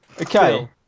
Okay